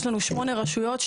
יש לנו שמונה רשויות,